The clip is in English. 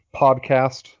podcast